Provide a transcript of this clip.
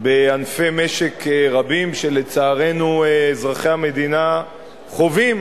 בענפי משק רבים שלצערנו אזרחי המדינה חווים